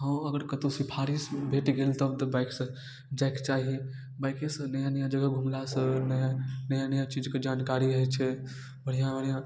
हँ अगर कतहु सिफारिश भेट गेल तब तऽ बाइकसँ जाइके चाही बाइकेसँ नया नया जगह घुमलासँ नया नया नया चीजके जानकारी हइ छै बढ़िआँ बढ़िआँ